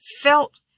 felt